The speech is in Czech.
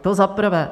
To za prvé.